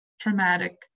traumatic